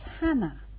Hannah